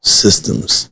systems